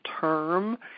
term